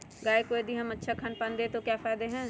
गाय को यदि हम अच्छा खानपान दें तो क्या फायदे हैं?